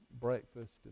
breakfast